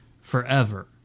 forever